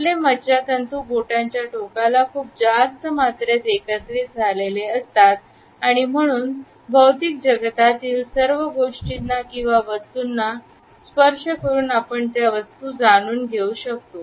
आपले मज्जातंतू बोटांच्या टोकाला खूप जास्त मात्रेत एकत्रित झालेले असतात आणि म्हणून भौतिक जगतातील सर्व गोष्टींना किंवा वस्तूंना स्पर्श करून आपण त्या वस्तू जाणून घेऊ शकतो